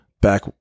back